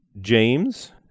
James